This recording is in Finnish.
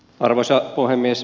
arvoisa puhemies